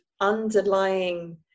underlying